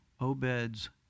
Obed's